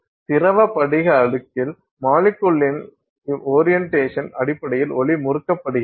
திரவ படிக அடுக்கில் மாலிக்குள்களின் ஓரியன் டேசனின் அடிப்படையில் ஒளி முறுக்கப்படுகிறது